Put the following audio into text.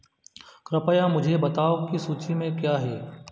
कृपया मुझे बताओ कि सूची में क्या है